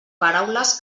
paraules